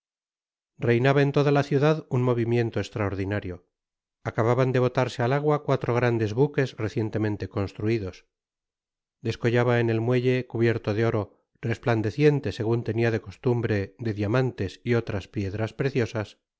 reinaba en toda la ciudad un movimiento estraordinario acababan de botarse al agua cuatro grandes buques recientemente construidos descollaba en el muelle cubierto de oro resplandeciente segun tenia de costumbre de diamantes y otras piedras preciosas